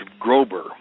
Grober